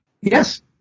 Yes